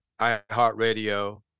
iHeartRadio